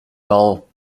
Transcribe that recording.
dull